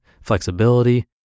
flexibility